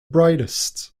brightest